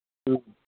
ꯎꯝ